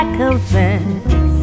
confess